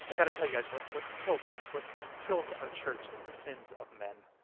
but got to tell you guys, what what kills us, what what kills our church, is the sins of men.